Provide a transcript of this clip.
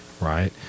right